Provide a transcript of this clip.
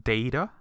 Data